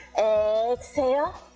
exhale,